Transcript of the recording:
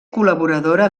col·laboradora